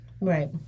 Right